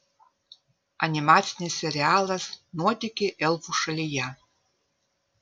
animacinis serialas nuotykiai elfų šalyje